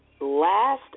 last